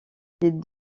des